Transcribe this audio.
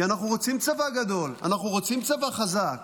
כי אנחנו רוצים צבא גדול, אנחנו רוצים צבא חזק.